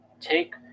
Take